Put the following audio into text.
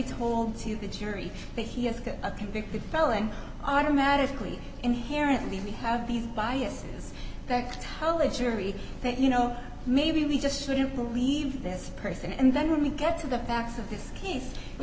told to the jury that he is a convicted felon automatically inherently we have these biases that tulle the jury that you know maybe we just shouldn't believe this person and then when we get to the facts of this